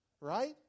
Right